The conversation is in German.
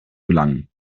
gelangen